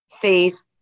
faith